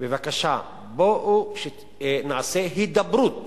בבקשה, בואו נעשה הידברות